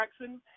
Jackson